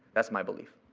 that's my belief.